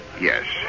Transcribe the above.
Yes